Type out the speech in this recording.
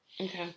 Okay